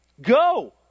Go